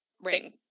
ring